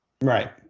right